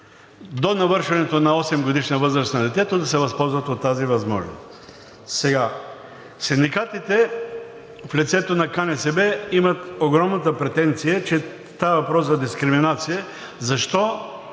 до навършването на осемгодишна възраст на детето да се възползва от тази възможност. Синдикатите, в лицето на КНСБ, имат огромната претенция, че става въпрос за дискриминация. Защо